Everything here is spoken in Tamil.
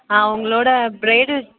ஆ உங்களோடய ப்ரைடல்